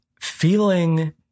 feeling